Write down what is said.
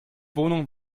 wohnung